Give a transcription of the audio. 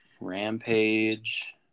Rampage